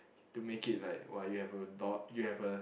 to make it like !wah! you have a daugh~ you have a